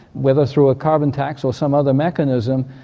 whether through a carbon tax or some other mechanism,